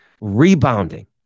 Rebounding